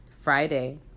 Friday